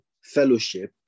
fellowship